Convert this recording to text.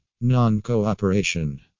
Non-cooperation